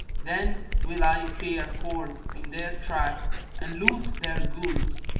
then will i fare forth in their track and loot their goods,